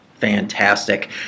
Fantastic